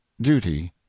Duty